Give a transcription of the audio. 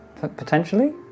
potentially